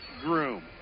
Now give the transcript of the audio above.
Groom